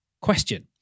question